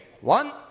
One